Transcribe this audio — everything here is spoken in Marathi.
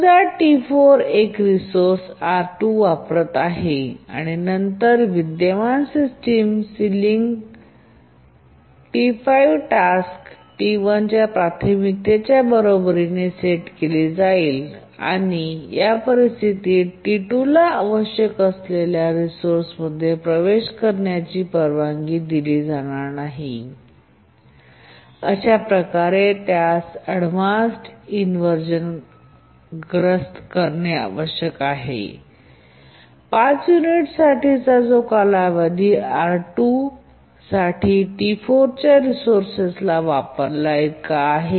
समजा T4 एकरिसोर्स R2 वापरत आहे आणि नंतर विद्यमान system ceiling T5 task T1 च्या प्राथमिकतेच्या बरोबरीने सेट केली जाईल आणि या परिस्थितीत T2 ला आवश्यक असलेल्या रिसोर्समध्ये प्रवेश करण्याची परवानगी दिली जाणार नाही आणि अशा प्रकारे त्यास अव्हॉइडन्स इनव्हर्झन ग्रस्त करणे आवश्यक आहे 5 युनिट्सचा कालावधी जो R2 साठी T4 च्या रिसोर्सच्या वापरा इतका आहे